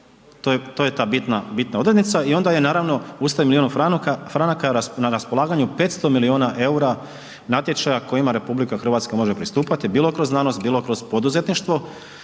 To je ta bitna odrednica i onda je na naravno uz taj milion franaka na raspolaganju 500 miliona EUR-a natječaja kojima RH može pristupati bilo kroz znanost, bilo kroz poduzetništvo